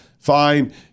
Fine